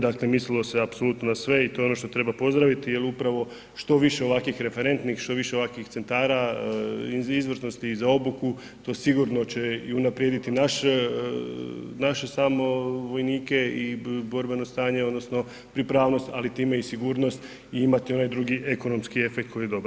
Dakle mislilo se apsolutno na sve i to je ono što treba pozdraviti jer upravo što više ovakvih referentnih, što više ovakvih centara izvrsnosti i za obuku, to sigurno će i unaprijediti naše samo vojnike i borbeno stanje odnosno pripravnost, ali time i sigurnosti i imati onaj drugi ekonomski efekt koji je dobar.